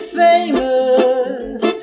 famous